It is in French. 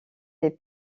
les